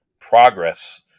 progress